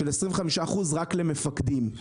של 25% רק למפקדים.